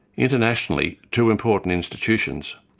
internationally, two important institutions,